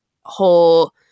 whole